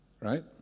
right